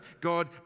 God